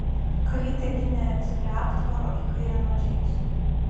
kalytė ginė avis prie aptvaro į kairę nuo džeimso